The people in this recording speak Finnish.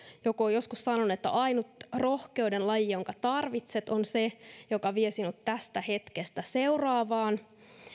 joku on joskus sanonut että ainut rohkeuden laji jonka tarvitset on se joka vie sinut tästä hetkestä seuraavaan